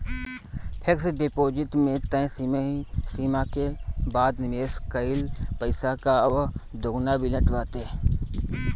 fix deposit में तय समय सीमा के बाद निवेश कईल पईसा कअ दुगुना मिलत बाटे